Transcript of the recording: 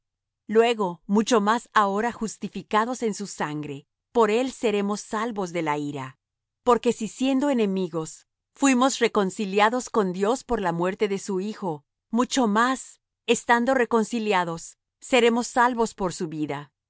luego mucho más ahora justificados en su sangre por él seremos salvos de la ira porque si siendo enemigos fuimos reconciliado con dios por la muerte de su hijo mucho más estando reconciliados seremos salvos por su vida